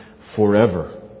forever